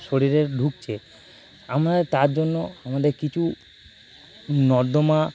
শরীরে ঢুকছে তার জন্য আমাদের কিছু নর্দমা